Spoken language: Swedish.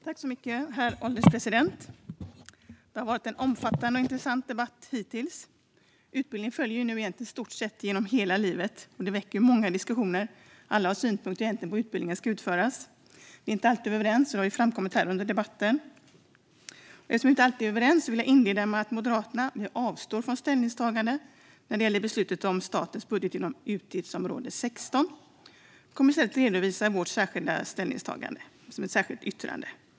Herr ålderspresident! Det har varit en omfattande och intressant debatt hittills. Utbildning följer en egentligen i stort sett genom hela livet och väcker många diskussioner. Alla har synpunkter på hur utbildningen ska utföras. Att vi inte alltid är överens har framkommit här under debatten. Eftersom vi inte alltid är överens vill jag inleda med att Moderaterna avstår från ställningstagande när det gäller beslutet om statens budget inom utgiftsområde 16. Vi redovisar i stället vårt ställningstagande i vårt särskilda yttrande.